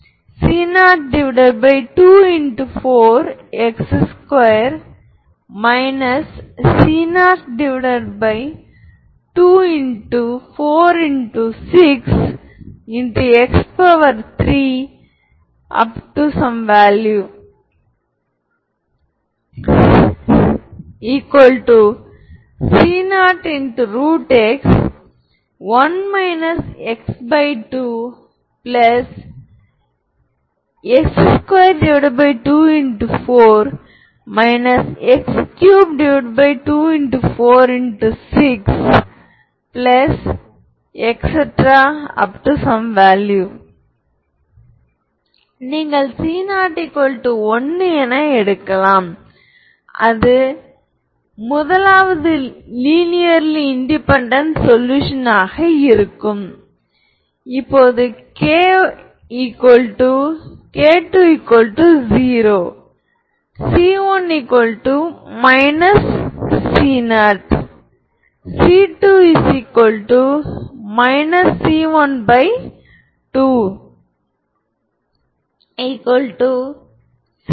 இந்த dot product கீழ் கண்டவாறு வரையறுக்கப்படுகிறது f gabfxgx dx wxa3xa0xp ≠ 0 மற்றும் எப்போதும் பாசிட்டிவ் ஆகக் கருதப்படும் போது நமக்கு கிடைப்பது f gabfxgx wdx w weight function என்று அழைக்கப்படுகிறது எனவே டாட் ப்ராடக்ட் இல் நீங்கள் ஒரு வெயிட் பங்க்ஷன் ஐக் கொண்டிருக்கிறீர்கள் என்றால் wx 1 இது செயல்பாடுகளுக்கான வழக்கமான டாட் தயாரிப்பு இதுதான் நீங்கள் வரையறை இந்தப் படிவத்தில் உங்களுக்கு டிஃபரெண்சியல் ஈக்வேஷன் இருக்கும்போதெல்லாம் ஒரு டாட் ப்ராடக்ட் ஐ வரையறுக்க நாங்கள் பயன்படுத்துகிறோம்